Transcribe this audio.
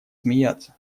смеяться